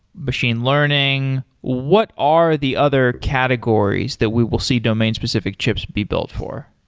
machine learning. what are the other categories that we will see domain-specific chips be built for?